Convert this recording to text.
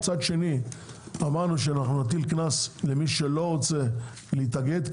מצד שני אמרנו שאנחנו נותנים קנס למי שלא רוצה להתאגד,